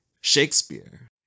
Shakespeare